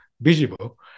visible